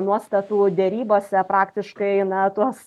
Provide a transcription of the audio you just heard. nuostatų derybose praktiškai na tuos